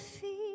feel